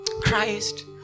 Christ